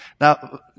Now